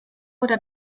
oder